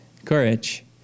courage